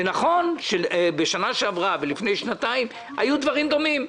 זה נכון שבשנה שעברה ולפני שנתיים היו דברים דומים.